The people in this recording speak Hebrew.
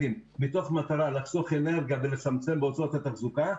מתוך מטרה לחסוך אנרגיה ולצמצם בהוצאות התחזוקה,